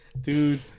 Dude